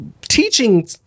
teaching